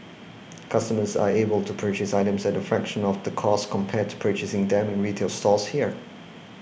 customers are able to purchase items at a fraction of the cost compared to purchasing them in retail stores here